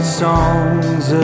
songs